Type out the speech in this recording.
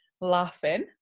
laughing